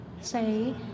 say